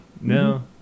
No